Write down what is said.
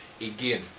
again